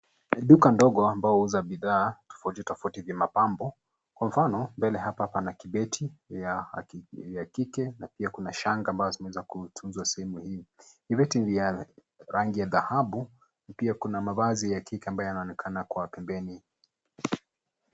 Ni duka dogo ambao huuza bidhaa tofauti tofauti vya mapambo. Kwa mfano mbele hapa pana kibeti ya kike na pia kuna shanga ambao zimeweza kutunzwa sehemu hii. Vibeti vya rangi ya dhahabu na pia kuna mavazi ya kike ambayo yanaonekana kwa pembeni.